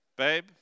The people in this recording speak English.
babe